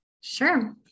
Sure